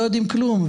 לא יודעים כלום.